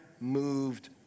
moved